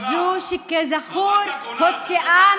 לאיפה את רוצה לפנות את היהודים מרמת הגולן?